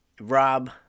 rob